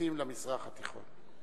הסובייטים למזרח התיכון,